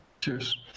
Cheers